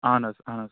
اَہَن حظ اَہَن حظ